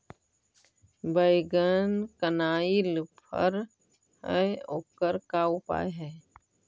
बैगन कनाइल फर है ओकर का उपाय है?